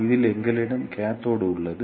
இதில் எங்களிடம் கேத்தோடு உள்ளது